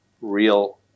real